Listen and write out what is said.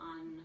on